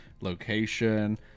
location